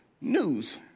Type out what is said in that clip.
news